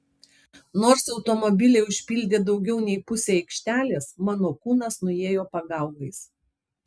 nors automobiliai užpildė daugiau nei pusę aikštelės mano kūnas nuėjo pagaugais